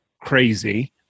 crazy